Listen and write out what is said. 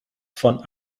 von